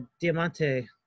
Diamante